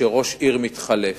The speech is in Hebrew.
כשראש עיר מתחלף.